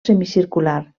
semicircular